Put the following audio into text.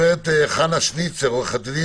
עו"ד חנה שניצר רהב,